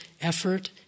effort